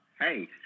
Hey